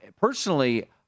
Personally